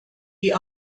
die